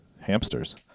hamsters